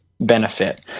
benefit